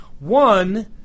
One